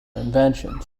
inventions